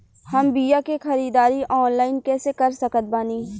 हम बीया के ख़रीदारी ऑनलाइन कैसे कर सकत बानी?